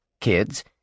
Kids